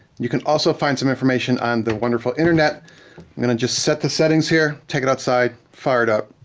you can also find some information on the wonderful internet. i'm gonna just set the settings here. take it outside, fire it up.